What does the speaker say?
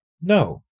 no